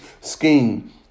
scheme